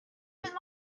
ist